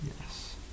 yes